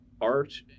art